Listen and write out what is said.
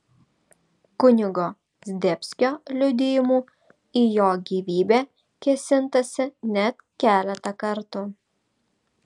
kunigo zdebskio liudijimu į jo gyvybę kėsintasi net keletą kartų